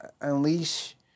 Unleash